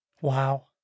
Wow